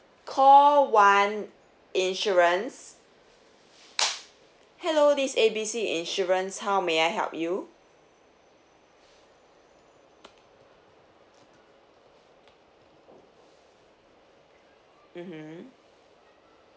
call one insurance hello this is A B C insurance how may I help you